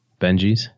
Benjis